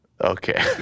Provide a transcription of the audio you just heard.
Okay